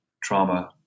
Trauma